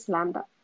Lambda